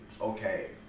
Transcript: okay